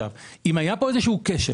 אם היה כאן איזשהו כשל